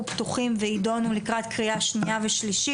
פתוחים וידונו לקראת קריאה שנייה ושלישית.